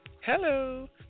Hello